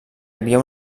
havia